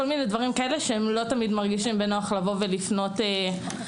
כל מיני דברים כאלה שהם לא תמיד מרגישים בנוח לפנות ליועצים,